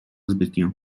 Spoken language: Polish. zbytnio